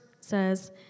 says